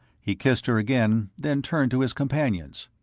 he kissed her again, then turned to his companions.